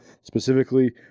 specifically